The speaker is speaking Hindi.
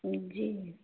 जी